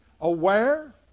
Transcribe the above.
aware